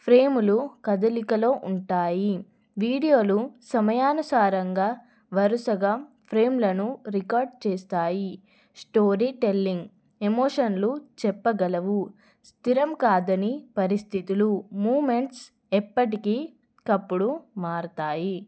ఫ్రేములు కదలికలో ఉంటాయి వీడియోలు సమయానుసారంగా వరుసగా ఫ్రేమ్లను రికార్డ్ చేస్తాయి స్టోరీ టెల్లింగ్ ఎమోషన్లు చెప్పగలవు స్థిరం కాదని పరిస్థితులు మూవ్మెంట్స్ ఎప్పటికీ కప్పుడు మారతాయి